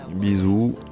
bisous